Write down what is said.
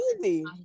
easy